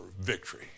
victory